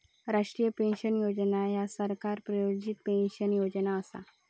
राष्ट्रीय पेन्शन योजना ह्या सरकार प्रायोजित पेन्शन योजना असा